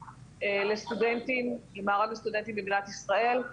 לסטודנטים ממארג הסטודנטים במדינת ישראל.